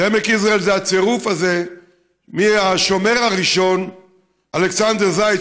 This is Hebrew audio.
שעמק יזרעאל זה הצירוף הזה מהשומר הראשון אלכסנדר זייד,